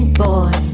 boy